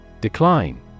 decline